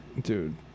Dude